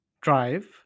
drive